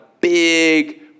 big